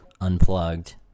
unplugged